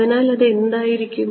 അതിനാൽ അത് എന്തായിരിക്കും